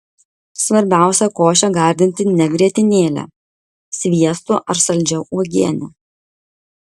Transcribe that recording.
svarbiausia košę gardinti ne grietinėle sviestu ar saldžia uogiene